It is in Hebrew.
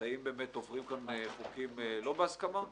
האם באמת עוברים כאן חוקים לא בהסכמה,